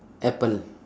apple